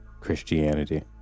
Christianity